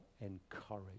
encourage